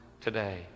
today